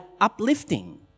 uplifting